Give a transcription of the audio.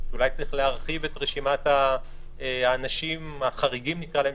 אולי צריך להרחיב את רשימת "האנשים החריגים" נקרא להם,